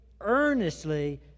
earnestly